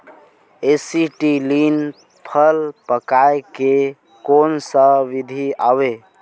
Acetylene फल पकाय के कोन सा विधि आवे?